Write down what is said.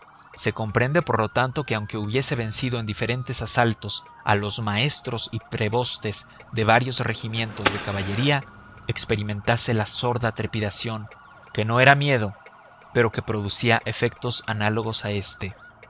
se comprende por lo tanto que aunque hubiese vencido en diferentes asaltos a los maestros y prebostes de varios regimientos de caballería experimentase una sorda trepidación que no era miedo pero que producía efectos análogos a éste